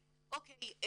אוקיי.